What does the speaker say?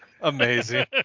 Amazing